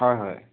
হয় হয়